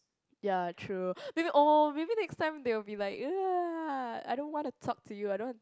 ya true maybe oh maybe next time they will be like I don't want to talk to you I don't want to